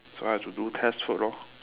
so I have to do test work lor